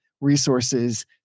resources